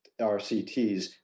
RCTs